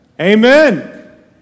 Amen